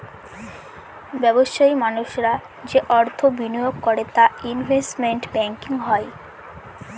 ব্যবসায়ী মানুষরা যে অর্থ বিনিয়োগ করে তা ইনভেস্টমেন্ট ব্যাঙ্কিং হয়